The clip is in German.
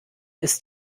ist